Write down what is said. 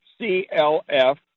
C-L-F